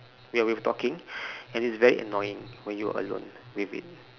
ya we are talking and it's very annoying when you alone with it